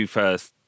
first